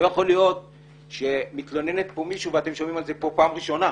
לא יכול להיות שמתלוננת כאן מישהי ואתם שומעים על כך כאן פעם ראשונה.